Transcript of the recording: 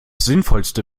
sinnvollste